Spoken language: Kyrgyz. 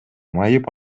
майып